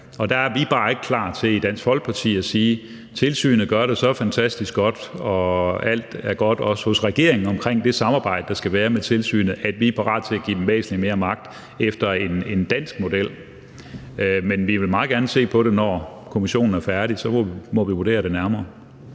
og der er vi bare ikke klar til i Dansk Folkeparti at sige, at tilsynet gør det så fantastisk godt og alt er godt, også hos regeringen, omkring det samarbejde, der skal være med tilsynet, og at vi er parate til at give dem væsentlig mere magt efter en dansk model. Men vi vil meget gerne se på det, når kommissionen er færdig; så må vi vurdere det nærmere.